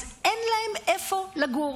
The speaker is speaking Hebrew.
אז אין להם איפה לגור.